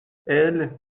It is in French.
elle